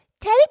Teddy